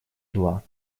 два